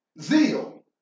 Zeal